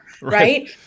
right